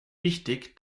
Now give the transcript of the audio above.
wichtig